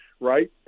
Right